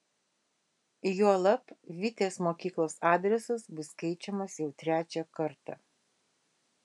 juolab vitės mokyklos adresas bus keičiamas jau trečią kartą